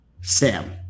Sam